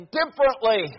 differently